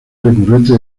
recurrente